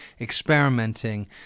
experimenting